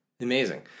Amazing